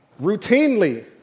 routinely